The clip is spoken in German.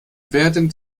werden